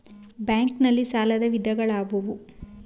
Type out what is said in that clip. Bank ನಲ್ಲಿ ಸಾಲದ ವಿಧಗಳಾವುವು?